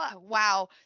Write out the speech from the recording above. Wow